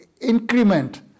increment